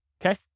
okay